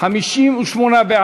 51,